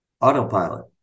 autopilot